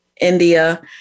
India